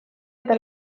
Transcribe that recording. eta